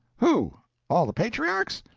who all the patriarchs?